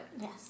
Yes